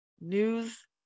news